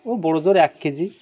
ও বড়ো জোর এক কে জি